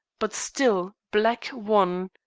but still black won.